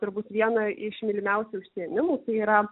turbūt vieną iš mylimiausių užsiėmimų tai yra